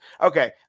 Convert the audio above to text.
Okay